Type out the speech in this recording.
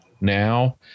now